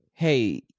hey